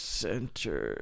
center